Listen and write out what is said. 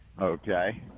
Okay